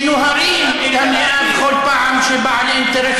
שנוהרים אל המליאה בכל פעם שבעל אינטרס